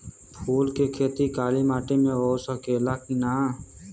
फूल के खेती काली माटी में हो सकेला की ना?